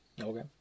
Okay